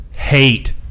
hate